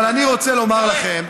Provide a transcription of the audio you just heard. אבל אני רוצה לומר לכם,